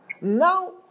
now